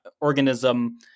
organism